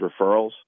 referrals